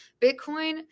Bitcoin